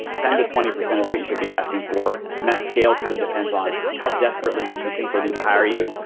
ten to twenty percent is what you should be asking for and that's scale kind of depends on how desperately do you think they need to hire you.